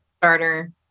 starter